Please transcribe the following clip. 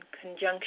conjunction